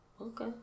Okay